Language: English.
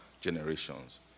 generations